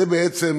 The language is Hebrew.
זו בעצם